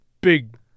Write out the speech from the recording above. big